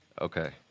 Okay